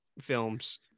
films